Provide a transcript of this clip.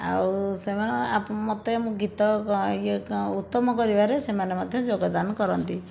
ଆଉ ସେମାନେ ମୋତେ ମୁଁ ଗୀତ ଉତ୍ତମ କରିବାରେ ସେମାନେ ମୋତେ ଯୋଗଦାନ କରନ୍ତି